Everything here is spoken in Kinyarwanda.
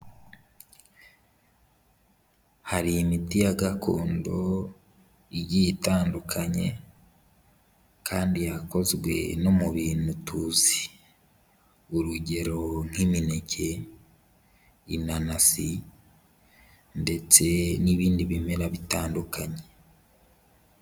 Hari imiti ya gakondo igiye itandukanye kandi yakozwe no mu bintu tuzi, urugero nk'imineke, inanasi ndetse n'ibindi bimera bitandukanye.